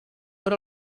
però